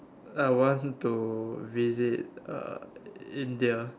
I want to visit uh India